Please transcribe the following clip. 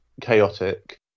chaotic